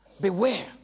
beware